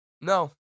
No